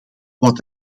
wat